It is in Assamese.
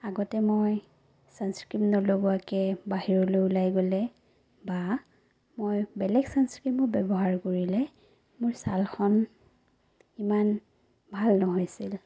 আগতে মই ছানস্ক্ৰীম নলগোৱাকে বাহিৰলৈ ওলাই গ'লে বা মই বেলেগ ছানস্ক্ৰীমো ব্যৱহাৰ কৰিলে মোৰ ছালখন ইমান ভাল নহৈছিল